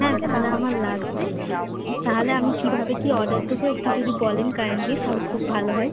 হ্যাঁ তাহালে আমার লাগবে তাহলে আমি কীভাবে কী অর্ডার দেবো একটু যদি বলেন কাইন্ডলি তাহলে খুব ভালো হয়